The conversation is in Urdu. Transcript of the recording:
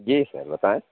جی سر بتائیں